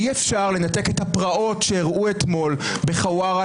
אי אפשר לנתק את הפרעות שאירעו אתמול בחווארה